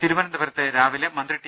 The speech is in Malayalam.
തിരു വനന്തപുരത്ത് രാവിലെ മന്ത്രി ടി